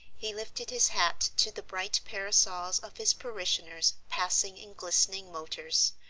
he lifted his hat to the bright parasols of his parishioners passing in glistening motors,